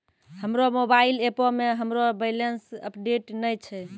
हमरो मोबाइल एपो मे हमरो बैलेंस अपडेट नै छै